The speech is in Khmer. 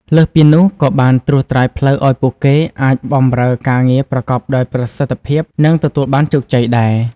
លើសពីនោះ ក៏បានត្រួសត្រាយផ្លូវឱ្យពួកគេអាចបម្រើការងារប្រកបដោយប្រសិទ្ធភាព និងទទួលបានជោគជ័យដែរ។